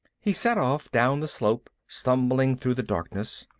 he set off, down the slope, stumbling through the darkness.